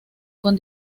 con